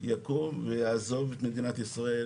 יקום ויעזוב את מדינת ישראל,